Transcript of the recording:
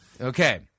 Okay